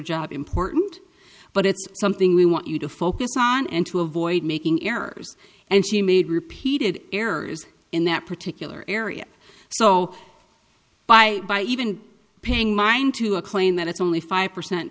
job important but it's something we want you to focus on and to avoid making errors and she made repeated errors in that particular area so by by even paying mind to a claim that it's only five percent